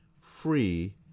free